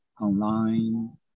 online